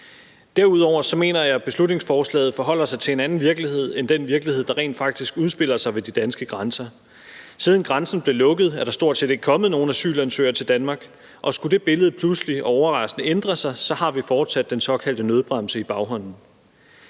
Derudover mener jeg, at beslutningsforslaget forholder sig til en anden virkelighed end den virkelighed, der rent faktisk udspiller sig ved de danske grænser. Siden grænsen blev lukket, er der stort set ikke kommet nogen asylansøgere til Danmark, og skulle det billede pludseligt og overraskende ændre sig, har vi fortsat den såkaldte nødbremse i baghånden.